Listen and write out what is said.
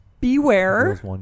beware